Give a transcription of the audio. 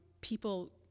people